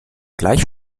gleich